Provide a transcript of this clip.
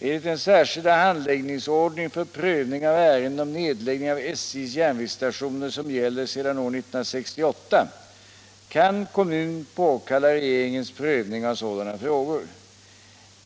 Enligt den särskilda handläggningsordning för prövning av ärenden om nedläggning av SJ:s järnvägsstationer som gäller sedan år 1968, kan kommun påkalla regeringens prövning av sådana frågor.